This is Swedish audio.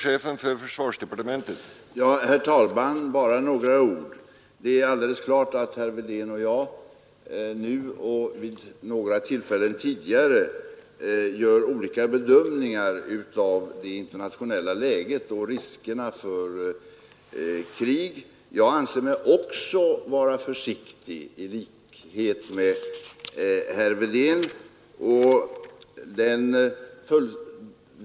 Herr talman! Det är alldeles klart att herr Wedén och jag nu och vid tidigare tillfällen gjort olika bedömningar av det internationella läget och riskerna för krig. Jag anser mig i likhet med herr Wedén också vara försiktig.